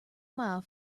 mile